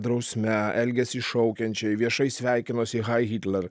drausme elgėsi iššaukiančiai viešai sveikinosi hai hitler